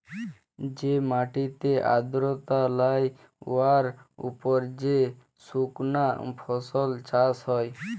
যে মাটিতে আর্দ্রতা লাই উয়ার উপর যে সুকনা ফসল চাষ হ্যয়